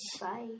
Bye